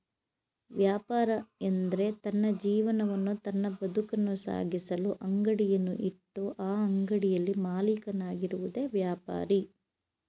ವ್ಯಾಪಾರ ಎಂದ್ರೆ ತನ್ನ ಜೀವನವನ್ನು ತನ್ನ ಬದುಕನ್ನು ಸಾಗಿಸಲು ಅಂಗಡಿಯನ್ನು ಇಟ್ಟು ಆ ಅಂಗಡಿಯಲ್ಲಿ ಮಾಲೀಕನಾಗಿರುವುದೆ ವ್ಯಾಪಾರಿ